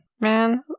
man